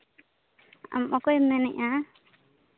ᱟᱢ ᱚᱠᱚᱭᱮᱢ ᱢᱮᱱᱮᱫᱼᱟ